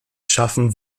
schaffen